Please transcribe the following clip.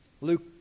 Luke